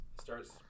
Starts